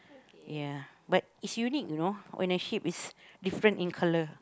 ya but it's unique you know when a sheep is different in colour